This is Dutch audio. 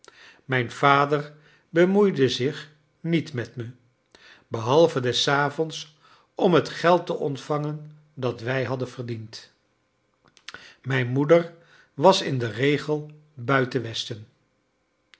mijn vader bemoeide zich niet met me behalve des avonds om het geld te ontvangen dat wij hadden verdiend mijn moeder was in den regel buiten westen